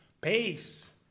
Peace